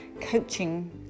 coaching